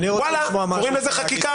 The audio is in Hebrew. קוראים לזה חקיקה.